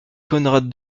conrad